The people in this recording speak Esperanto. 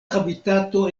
habitato